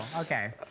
Okay